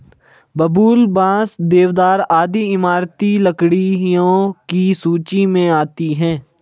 बबूल, बांस, देवदार आदि इमारती लकड़ियों की सूची मे आती है